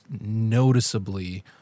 noticeably